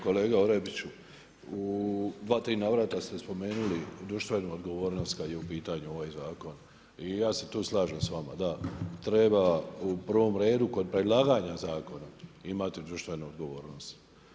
Kolega Orepiću u dva, tri navrata ste spomenuli društvenu odgovornost kad je u pitanju ovaj zakon i ja se tu slažem sa vama da treba u prvom redu kod predlaganja zakona imati društvenu odgovornost.